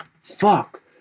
Fuck